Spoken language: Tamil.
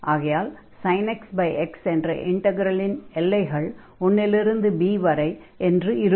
ஆகையால் sin x x என்ற இன்டக்ரலின் எல்லைகளை 1 இல் இருந்து b வரை என்று இருக்கும்